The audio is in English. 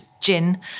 gin